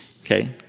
okay